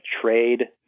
trade